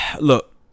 Look